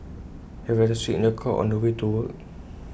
have extra seats in your car on the way to work